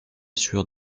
sueur